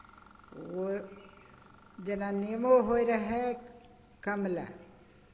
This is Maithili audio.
ओ जेना नेमो होइत रहय कम लए